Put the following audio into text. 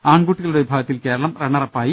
ആൺകുട്ടികളുടെ വിഭാഗത്തിൽ കേരളം റണ്ണറപ്പായി